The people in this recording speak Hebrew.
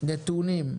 נתונים,